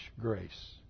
grace